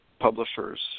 publishers